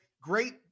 great